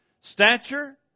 Stature